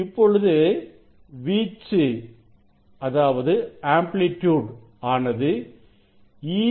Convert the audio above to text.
இப்பொழுது வீச்சு ஆனது E0 dy